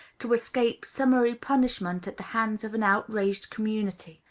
to escape summary punishment at the hands of an outraged community.